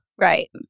Right